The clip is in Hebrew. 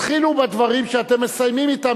תתחילו בדברים שאתם מסיימים אתם,